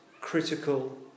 critical